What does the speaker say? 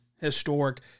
historic